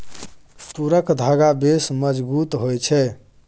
तूरक धागा बेस मजगुत होए छै